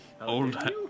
Old